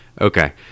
Okay